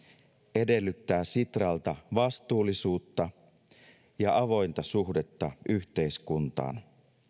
edellyttää sitralta vastuullisuutta ja avointa suhdetta yhteiskuntaan